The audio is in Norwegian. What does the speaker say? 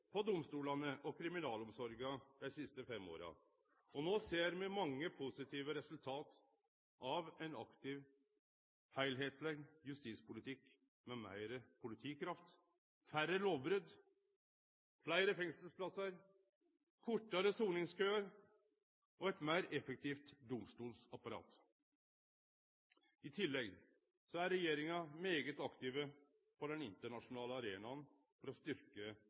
på domstolane og på kriminalomsorga dei siste fem åra, og no ser me mange positive resultat av ein aktiv, heilskapleg justispolitikk, med meir politikraft, færre lovbrot, fleire fengselsplassar, kortare soningskøar og eit meir effektivt domstolsapparat. I tillegg er regjeringa veldig aktiv på den internasjonale arenaen for å